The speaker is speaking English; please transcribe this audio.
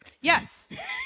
Yes